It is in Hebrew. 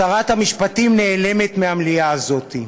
שרת המשפטים נעלמת מהמליאה הזאת.